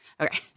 Okay